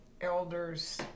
elders